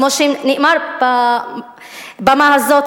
כמו שנאמר על הבמה הזאת,